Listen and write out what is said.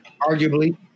Arguably